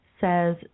says